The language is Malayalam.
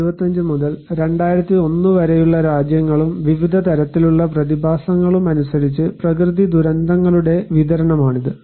1975 മുതൽ 2001 വരെയുള്ള രാജ്യങ്ങളും വിവിധ തരത്തിലുള്ള പ്രതിഭാസങ്ങളും അനുസരിച്ച് പ്രകൃതി ദുരന്തങ്ങളുടെ വിതരണമാണിത്